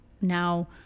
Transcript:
now